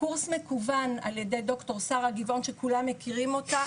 קורס מקוון על ידי ד"ר שרה גבעון שכולם מכירים אותה.